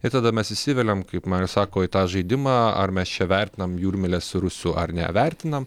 ir tada mes įsiveliam kaip marius sako į tą žaidimą ar mes čia vertinam jūrmyles rusų ar nevertinam